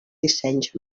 dissenys